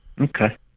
Okay